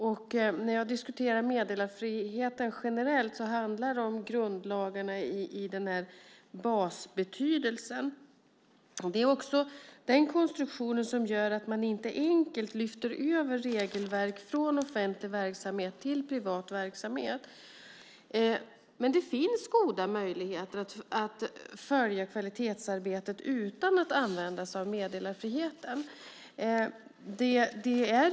Och meddelarfriheten generellt handlar om grundlagarna i dess basbetydelse. Det är också den konstruktionen som gör att man inte enkelt lyfter över regelverk från offentlig till privat verksamhet. Men det finns goda möjligheter att följa kvalitetsarbetet utan att använda sig av meddelarfriheten.